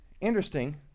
Interesting